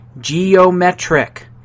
geometric